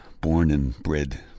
born-and-bred